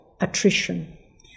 attrition